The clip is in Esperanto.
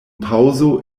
paŭzo